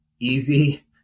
easy